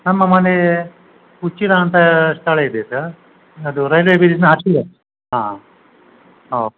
ನಮ್ಮ ಮನೆ ಉಚ್ಚಿಲ ಅಂತ ಸ್ಥಳ ಇದೆ ಸಾ ಅದು ರೈಲ್ವೆ ಬೀದೀನ ಆಚೆಗೆ ಹಾಂ ಹೌದು